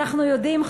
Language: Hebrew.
אנחנו יודעים,